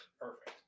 Perfect